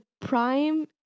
prime